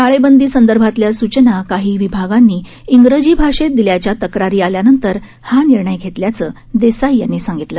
टाळेबंदी संदर्भातल्या सूचना काही विभागांनी इंग्रजी भाषेत दिल्याच्या तक्रारी आल्यानंतर हा निर्णय घेतल्याचं देसाई यांनी सांगितलं